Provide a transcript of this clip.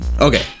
okay